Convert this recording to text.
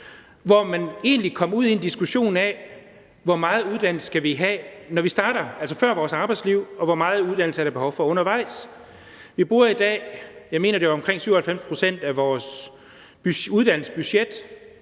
hvor man egentlig kom ud i en diskussion af, hvor meget uddannelse vi skal have, når vi starter på vores arbejdsliv, og hvor meget uddannelse der er behov for undervejs. Vi bruger i dag, jeg mener, det er omkring 97 pct. af vores uddannelsesbudget